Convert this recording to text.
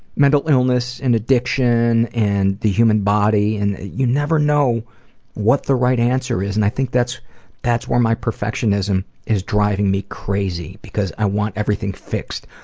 mental illness and addiction and the human body. and you never know what the right answer is and i think thats thats where my perfectionism is driving me crazy because i want everything fixed.